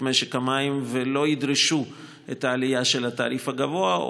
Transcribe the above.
משק המים ולא ידרשו את העלייה של התעריף הגבוה,